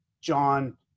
John